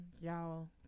Y'all